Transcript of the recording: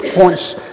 points